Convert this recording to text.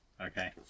Okay